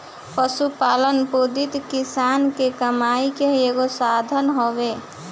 पशुपालन पद्धति किसान के कमाई के एगो साधन हवे